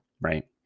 right